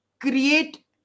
create